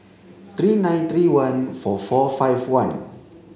three nine three one four four five one